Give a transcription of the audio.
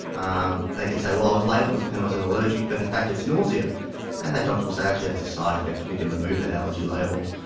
um they can say, well, i was labelled as penicillin allergic but in fact it's nausea and that doctor will say actually that's a side effect, we can remove that allergy label.